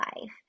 life